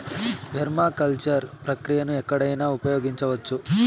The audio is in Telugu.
పెర్మాకల్చర్ ప్రక్రియను ఎక్కడైనా ఉపయోగించవచ్చు